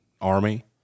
army